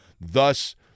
Thus